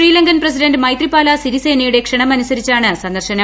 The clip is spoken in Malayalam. ശ്രീലങ്കൻ പ്രസിഡന്റ് മൈത്രിപാല സിരിസേനയുടെ ക്ഷണമനുസരിച്ചാണ് സന്ദർശനം